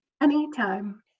Anytime